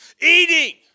Eating